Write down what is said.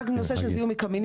רק בנושא של זיהום מקמינים,